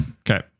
Okay